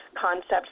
concept